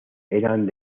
eran